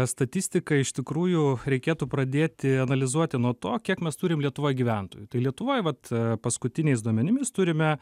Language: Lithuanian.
statistiką iš tikrųjų reikėtų pradėti analizuoti nuo to kiek mes turim lietuvoj gyventojų tai lietuvoj vat paskutiniais duomenimis turime